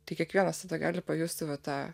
tai kiekvienas tada gali pajusti va tą